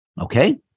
Okay